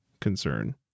concern